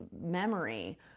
memory